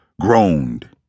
groaned